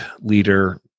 leader